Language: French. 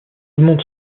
monde